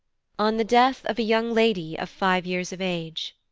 on the death of a young lady of five years of age.